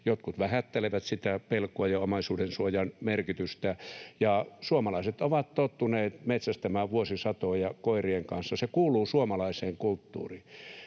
jotkut vähättelevät sitä pelkoa ja omaisuudensuojan merkitystä. Suomalaiset ovat tottuneet metsästämään vuosisatoja koirien kanssa, se kuuluu suomalaiseen kulttuuriin.